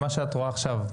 ממה שאת רואה עכשיו,